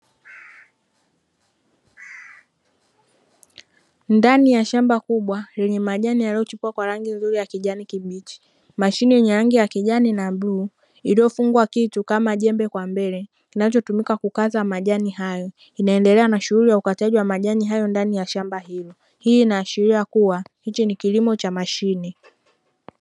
Ndani ya shamba kubwa lenye majani yaliyochipua kwa rangi nzuri ya kijani kibichi. Mashine yenye rangi ya kijani na bluu iliyofungwa kitu kama jembe kwa mbele kinachotumika kukata majani hayo. Inaendelea na shughuli ya ukataji wa majani hayo ndani ya shamba hili. Hii inaashiria kuwa hichi ni kilimo cha mashine.